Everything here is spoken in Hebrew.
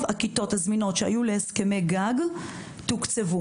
הכיתות הזמינות שהיו להסכמי גג תוקצבו.